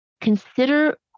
Consider